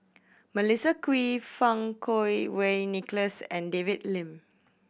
Melissa Kwee Fang Kuo Wei Nicholas and David Lim